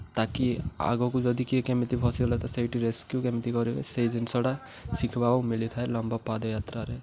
ତାକି ଆଗକୁ ଯଦି କିଏ କେମିତି ଫସିଗଲା ତ ସେଇଠି ରେସ୍କ୍ୟୁ କେମିତି କରିବେ ସେଇ ଜିନିଷଟା ଶିଖିବାକୁ ମିଳିଥାଏ ଲମ୍ବା ପାଦଯାତ୍ରାରେ